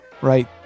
Right